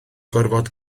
gorfod